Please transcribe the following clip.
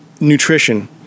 nutrition